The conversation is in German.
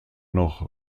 noch